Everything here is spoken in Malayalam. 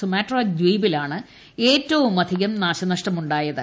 സുമാത്രാ ദ്വീപിലാണ് ഏറ്റവുമധികം നാശനഷ്ടമുണ്ടായത്